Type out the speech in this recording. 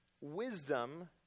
Wisdom